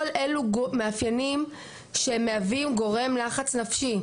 כל אלו מאפיינים שמהווים גורם לחץ נפשי.